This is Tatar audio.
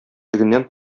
тегеннән